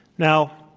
now,